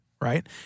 right